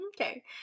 okay